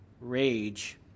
rage